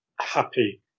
happy